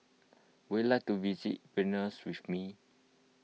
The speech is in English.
would you like to visit Vilnius with me